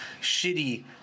shitty